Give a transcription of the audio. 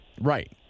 Right